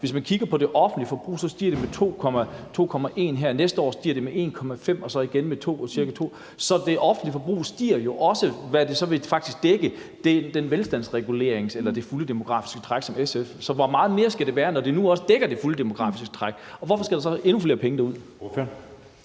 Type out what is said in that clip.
Hvis man kigger på det offentlige forbrug, stiger det med 2,1 pct., næste år stiger det med 1,5 og så igen med cirka 2. Så det offentlige forbrug stiger jo også med noget, som så faktisk vil dække velstandsreguleringen eller det fulde demografiske træk. Så hvor meget mere skal det være, når det nu dækker det fulde demografiske træk, og hvorfor skal der så endnu flere penge derud?